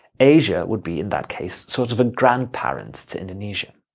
asia would be, in that case, sort of a grandparent to indonesia.